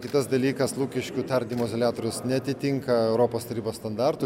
kitas dalykas lukiškių tardymo izoliatorius neatitinka europos tarybos standartų